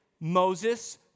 Moses